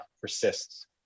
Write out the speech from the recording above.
persists